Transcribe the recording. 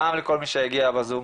גם לכל מי שהגיע בזום,